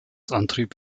antrieb